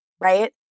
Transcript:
Right